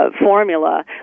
formula